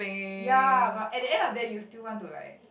ya but at the end of the day you still want to like